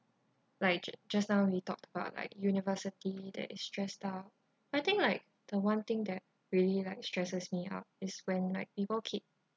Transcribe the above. like ju~ just now we talked about like university that is stressed out I think like the one thing that really like stresses me out is when like people keep